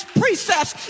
precepts